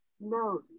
no